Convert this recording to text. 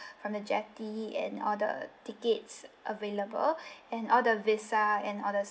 from the jetty and all the tickets available and all the visa and all the